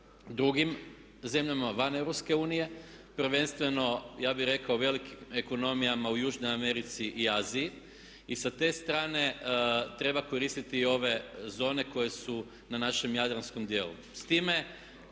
drugim zemljama van EU, prvenstveno ja bih rekao velikim ekonomijama u Južnoj Americi i Aziji i sa te strane treba koristiti ove zone koje su na našem jadranskom djelu.